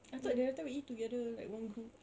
I thought the other time we eat together like one group